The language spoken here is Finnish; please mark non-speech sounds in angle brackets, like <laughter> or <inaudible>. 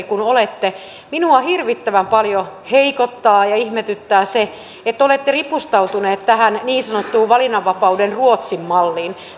<unintelligible> kun valtiovarainministeri olette minua hirvittävän paljon heikottaa ja ihmetyttää se että te olette ripustautunut tähän niin sanottuun valinnanvapauden malliin ruotsin malliin